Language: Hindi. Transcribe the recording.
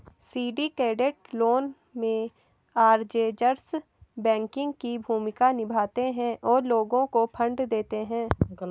सिंडिकेटेड लोन में, अरेंजर्स बैंकिंग की भूमिका निभाते हैं और लोगों को फंड देते हैं